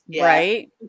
Right